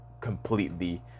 completely